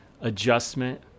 adjustment